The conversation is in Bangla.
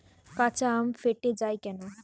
কাঁচা আম ফেটে য়ায় কেন?